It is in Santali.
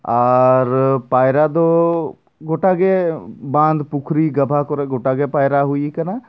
ᱟᱨ ᱯᱟᱭᱨᱟ ᱫᱚ ᱜᱚᱴᱟ ᱜᱮ ᱵᱟᱸᱫᱽ ᱯᱩᱠᱷᱩᱨᱤ ᱜᱟᱵᱷᱟ ᱠᱚᱨᱮ ᱜᱚᱴᱟ ᱜᱮ ᱯᱟᱭᱨᱟ ᱦᱩᱭ ᱟᱠᱟᱱᱟ